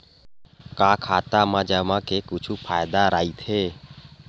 का खाता मा जमा के कुछु फ़ायदा राइथे?